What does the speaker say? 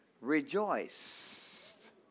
rejoiced